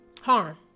Harm